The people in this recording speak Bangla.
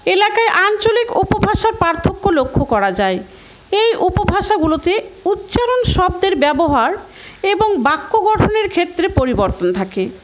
এলাকায় আঞ্চলিক উপভাষার পার্থক্য লক্ষ্য করা যায় এই উপভাষাগুলোতে উচ্চারণ শব্দের ব্যবহার এবং বাক্য গঠনের ক্ষেত্রে পরিবর্তন থাকে